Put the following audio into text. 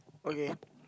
okay